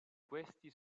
questi